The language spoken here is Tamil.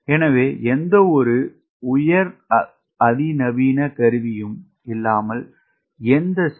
எனவே எந்தவொரு உயர் அதிநவீன கருவியும் இல்லாமல் எந்த சி